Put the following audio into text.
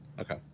Okay